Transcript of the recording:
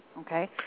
okay